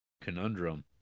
Conundrum